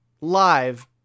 live